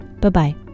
Bye-bye